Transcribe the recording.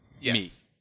yes